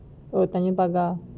oh tanjong pagar